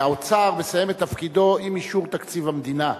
האוצר מסיים את תפקידו עם אישור תקציב המדינה.